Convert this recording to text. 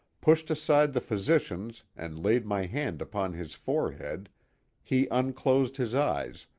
pushed aside the physicians and laid my hand upon his forehead he unclosed his eyes,